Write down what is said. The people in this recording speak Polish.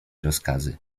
rozkazy